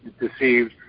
deceived